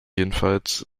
jedenfalls